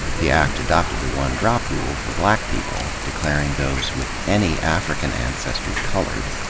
the act adopted the one-drop rule for black people, declaring those with any african ancestry colored.